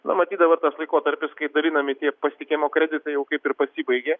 na matydavot tas laikotarpis kai dalinami tie pasitikėjimo kreditai jau kaip ir pasibaigė